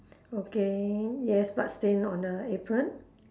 okay yes bloodstain on the apron